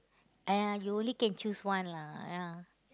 !aiya! you only can choose one lah ah